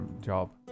job